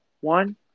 One